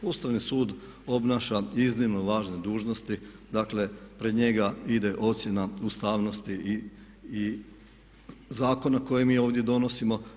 Ustavni sud obnaša iznimno važne dužnosti, dakle, pred njega ide ocjena ustavnosti i zakona koje mi ovdje donosimo.